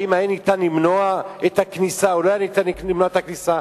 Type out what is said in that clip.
אם היה אפשר למנוע את הכניסה או לא היה אפשר למנוע את הכניסה,